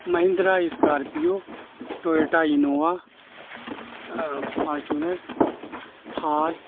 Mahindra Scorpio Toyota Innova Fortuner Thar